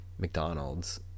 mcdonald's